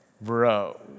Bro